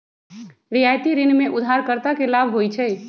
रियायती ऋण में उधारकर्ता के लाभ होइ छइ